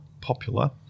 popular